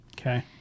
Okay